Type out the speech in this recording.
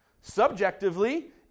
Subjectively